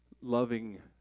loving